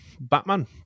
batman